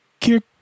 Kirk